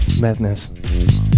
Madness